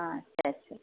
ஆ சரி சரி